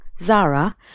zara